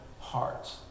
hearts